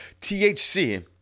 THC